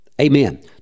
Amen